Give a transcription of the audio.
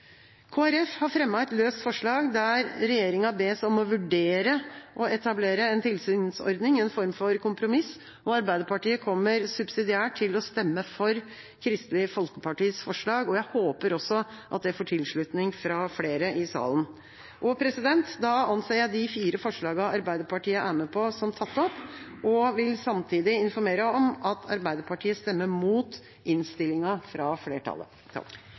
har fremmet et såkalt løst forslag, forslag nr. 5, der regjeringa bes om å vurdere å etablere en tilsynsordning, en form for kompromiss. Arbeiderpartiet kommer subsidiært til å stemme for Kristelig Folkepartis forslag, og jeg håper også at det får tilslutning fra flere i salen. Da anser jeg de fire forslagene Arbeiderpartiet er med på, som tatt opp, og jeg vil samtidig informere om at Arbeiderpartiet vil stemme imot innstillinga fra flertallet.